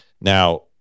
Now